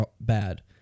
bad